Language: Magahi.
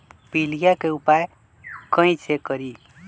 पीलिया के उपाय कई से करी?